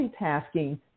multitasking